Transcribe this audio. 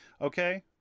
Okay